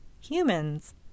humans